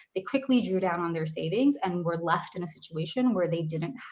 they quickly drew down on their savings and we're left in a situation where they didn't